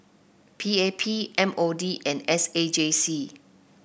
P A P M O D and S A J C